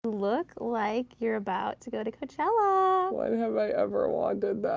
look like you're about to go to coachella! when have i ever wanted that?